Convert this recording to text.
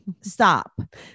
Stop